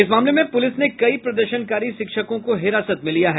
इस मामले में पुलिस ने कई प्रदर्शनकारी शिक्षकों को हिरासत में लिया है